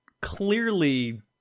clearly